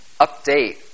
update